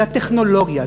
זה הטכנולוגיה,